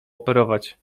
operować